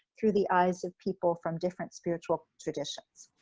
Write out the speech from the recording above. through the eyes of people from different spiritual traditions.